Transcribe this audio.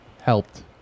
helped